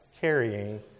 carrying